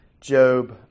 Job